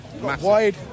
wide